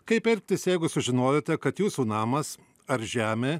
kaip elgtis jeigu sužinojote kad jūsų namas ar žemė